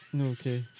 Okay